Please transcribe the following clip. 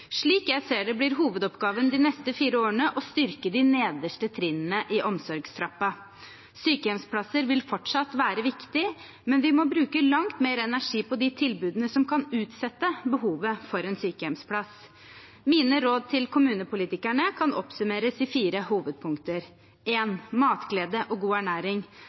Slik jeg ser det, blir hovedoppgaven de neste fire årene å styrke de nederste trinnene i omsorgstrappen. Sykehjemsplasser vil fortsatt være viktig, men vi må bruke langt mer energi på de tilbudene som kan utsette behovet for en sykehjemsplass. Mine råd til kommunepolitikerne kan oppsummeres i fire hovedpunkter: Matglede og god ernæring: